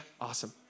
awesome